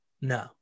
No